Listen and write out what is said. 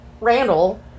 Randall